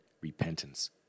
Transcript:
repentance